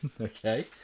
okay